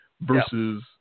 versus